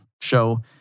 show